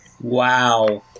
wow